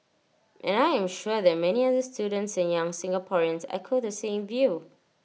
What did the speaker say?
and I am sure that many other students and young Singaporeans echo the same view